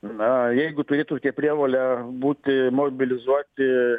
na jeigu turi tokią prievolę būti mobilizuoti